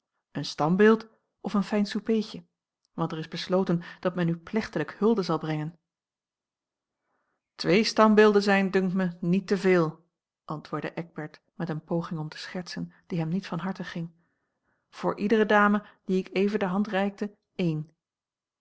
een standbeeld of een fijn soupeetje want er is besloten dat men u plechtiglijk hulde zal brengen twee standbeelden zijn dunkt me niet te veel antwoordde eckbert met eene poging om te schertsen die hem niet van harte ging voor iedere dame die ik even de hand reikte een